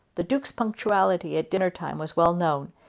the duke's punctuality at dinner-time was well known,